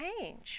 change